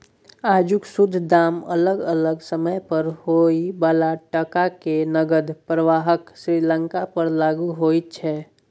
आजुक शुद्ध दाम अलग अलग समय पर होइ बला टका के नकद प्रवाहक श्रृंखला पर लागु होइत छै